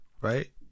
right